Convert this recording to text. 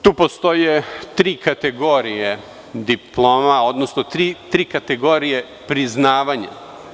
Tu postoje tri kategorije diploma, odnosno tri kategorije priznavanja.